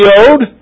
owed